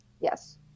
Yes